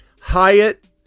Hyatt